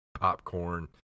popcorn